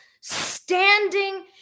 standing